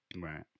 Right